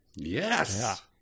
Yes